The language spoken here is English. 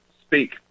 speak